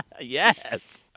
Yes